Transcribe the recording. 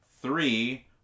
Three